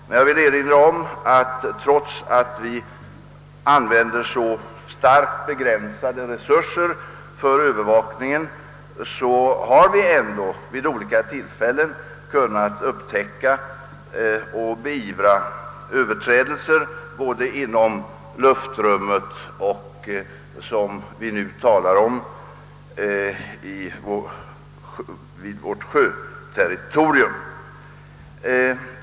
Men jag vill erinra om att trots att vi använder så starkt begränsade resurser för övervakningen har vi ändå vid olika tillfällen kunnat upptäcka och beivra överträdelser både inom luftrummet och — såsom vi nu talar om — inom vårt sjöterritorium.